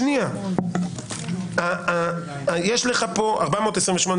מגישים פה כתב אישום.